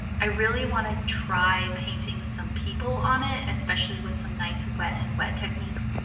i really want to try painting some people on it, especially with some nice wet and wet techniques.